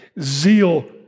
Zeal